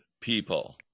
people